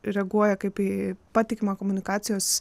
reaguoja kaip į patikimą komunikacijos